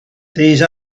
these